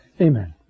Amen